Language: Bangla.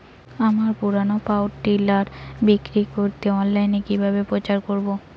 আমার পুরনো পাওয়ার টিলার বিক্রি করাতে অনলাইনে কিভাবে প্রচার করব?